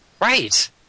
Right